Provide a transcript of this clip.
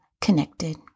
connected